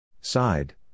Side